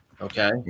Okay